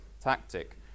tactic